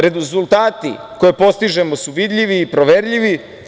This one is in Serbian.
Rezultati koje postižemo su vidljivi, proverljivi.